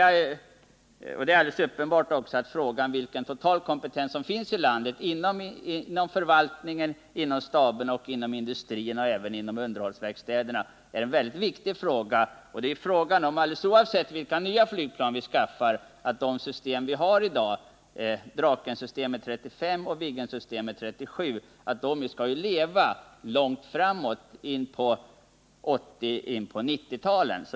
Det är alldeles uppenbart att frågan vilken total kompetens som finns i landet, inom förvaltningen, staberna, industrin och underhållsverkstäderna, är mycket viktig. Alldeles oavsett vilka nya flygplan vi skaffar kommer de system som vi i dag har, Drakensystemet 35 och Viggensystemet 37, att leva kvar in på 1980 och 1990-talen.